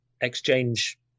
exchange